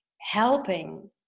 helping